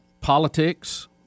politics